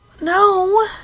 No